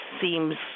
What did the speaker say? seems